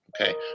Okay